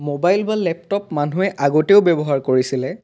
mobile বা laptop মানুহে আগতেও ব্যৱহাৰ কৰিছিলে